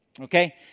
Okay